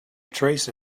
trace